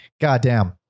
goddamn